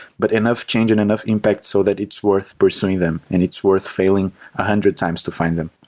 but enough change in enough impact so that it's worth pursuing them and it's worth failing a hundred times to find them.